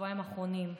בשבועיים האחרונים,